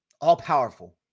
all-powerful